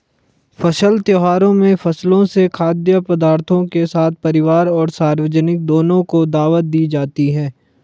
फसल त्योहारों में फसलों से खाद्य पदार्थों के साथ परिवार और सार्वजनिक दोनों को दावत दी जाती है